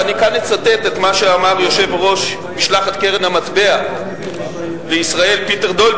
ואני כאן אצטט את מה שאמר יושב-ראש משלחת קרן המטבע לישראל פיטר דויל,